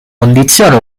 condizione